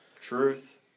Truth